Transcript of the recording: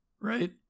right